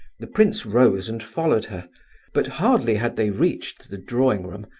the prince rose and followed her but hardly had they reached the drawing-room,